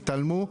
התעלמו,